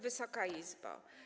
Wysoka Izbo!